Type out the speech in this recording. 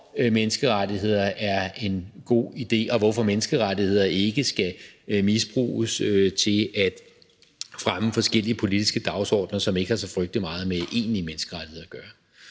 hvorfor menneskerettigheder er en god idé, og hvorfor menneskerettigheder ikke skal misbruges til at fremme forskellige politiske dagsordener, som ikke har så frygtelig meget med egentlige menneskerettigheder at gøre.